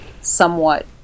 somewhat